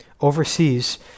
overseas